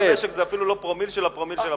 הגלגל של המשק זה אפילו לא פרומיל של פרומיל של פרומיל.